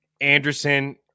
anderson